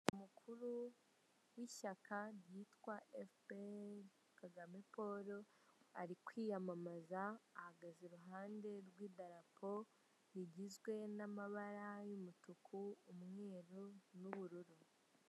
Umugabo wiyogoshesheje wazamuye akaboko, wambaye ikoti ry'ubururu n'ishati y'umukara ndetse na karuvati y'ubururu, imbere hakaba hari mikorofone, inyuma ye hakaba hari dolise y'amashokora ndetse munsi hakaba hari amagambo yandikishije inyuguti z'umweru, handitseho Dogita Utumatwishima Ja, munsi hakaba hari n'undi.